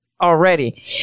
already